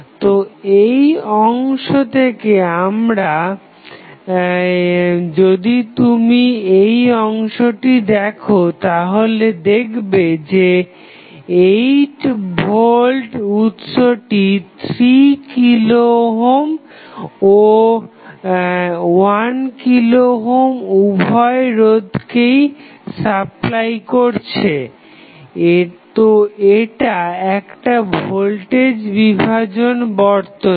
তো এই অংশ থেকে যদি তুমি এই অংশটি দেখো তাহলে দেখবে যে 8 ভোল্ট উৎসটি 3 কিলো ওহম ও 1 কিলো ওহম উভয় রোধকেই স্লাপলাই করছে তো এটা একটা ভোল্টেজ বিভাজন বর্তনী